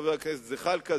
חבר הכנסת זחאלקה,